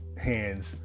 hands